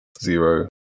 Zero